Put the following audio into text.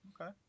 Okay